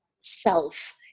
self